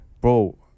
bro